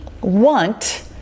want